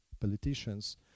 politicians